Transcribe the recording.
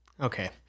okay